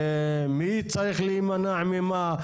ומי צריך להימנע ממה,